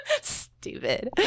Stupid